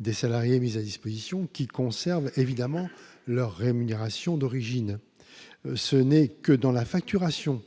des salariés mis à disposition, qui concerne évidemment leur rémunération d'origine, ce n'est que dans la facturation